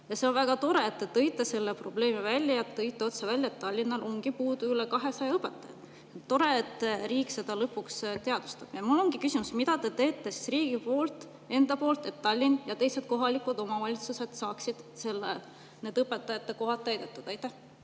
See on väga tore, et te tõite selle probleemi välja ja tõite otse välja, et Tallinnas on puudu üle 200 õpetaja. Tore, et riik seda lõpuks teadvustab. Mul ongi küsimus: mida te teete riigi poolt ja enda poolt, et Tallinn ja teised kohalikud omavalitsused saaksid õpetajate kohad täidetud? Aitäh!